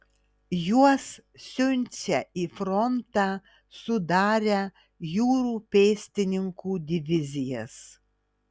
juos siunčia į frontą sudarę jūrų pėstininkų divizijas